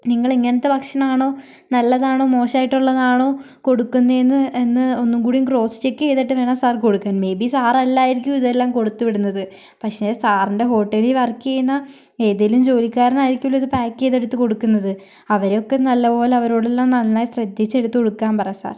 നിങ്ങളിങ്ങനെത്തെ ഭക്ഷണാണോ നല്ലതാണോ മോശായിട്ടുള്ളതാണോ കൊടുക്കുന്നേന്ന് എന്ന് ഒന്നും കൂടിയും ക്രോസ്സ് ചെക്ക് ചെയ്തിട്ട് വേണം സാർ കൊടുക്കാൻ മേ ബി സാറല്ലായിരിക്കും ഇതെല്ലം കൊടുത്ത് വീടുന്നത് പക്ഷെ സാറിൻ്റെ ഹോട്ടലിൽ വർക്ക് ചെയ്യുന്ന ഏതേലും ജോലിക്കാരനായിരിക്കുമല്ലോ ഇത് പാക്ക് ചെയ്തെടുത്ത് കൊടുക്കുന്നത് അവർക്ക് നല്ല പോലെ അവരോട് നന്നായി ശ്രദ്ധിച്ചെടുത്ത് കൊടുക്കാൻ പറ സാർ